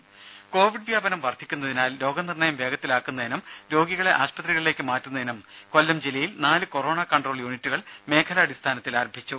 ദേഴ കൊവിഡ് വ്യാപനം വർധിക്കുന്നതിനാൽ രോഗനിർണയം വേഗത്തിലാക്കുന്നതിനും രോഗികളെ ആശുപത്രികളിലേക്ക് മാറ്റുന്നതിനും കൊല്ലം ജില്ലയിൽ നാല് കൊറോണ കൺട്രോൾ യൂണിറ്റുകൾ മേഖലാടിസ്ഥാനത്തിൽ ആരംഭിച്ചു